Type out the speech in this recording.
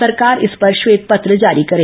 सरकार इस पर श्वेत पत्र जारी करे